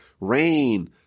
rain